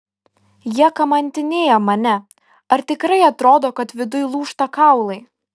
jie kamantinėja mane ar tikrai atrodo kad viduj lūžta kaulai